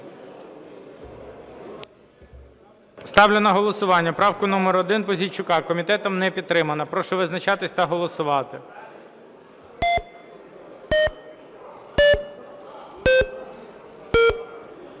Ставлю на голосування правку номер 1 Пузійчука. Комітетом не підтримана. Прошу визначатись та голосувати. 14:33:50